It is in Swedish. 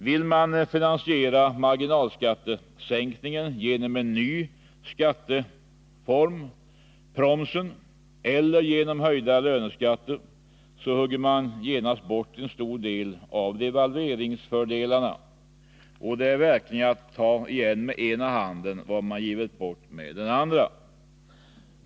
Vill man finansiera marginalskattesänkningen genom en ny skatteform, promsen, eller genom höjda löneskatter, så hugger man genast bort en stor bit av devalveringsfördelarna. Det är verkligen att ta igen med ena handen vad man givit bort med den andra.